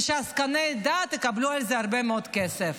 ושעסקני דת יקבלו על זה הרבה מאוד כסף.